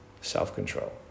self-control